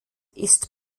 ist